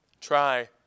Try